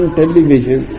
television